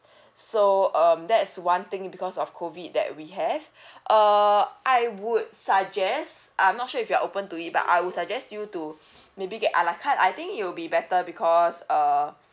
so um that's one thing because of COVID that we have err I would suggest I'm not sure if you are open to it but I would suggest you to maybe get a la carte I think it will be better because err